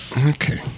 Okay